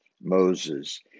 Moses